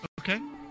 Okay